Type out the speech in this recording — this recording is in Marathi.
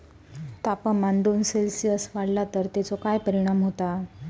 तापमान दोन सेल्सिअस वाढला तर तेचो काय परिणाम होता?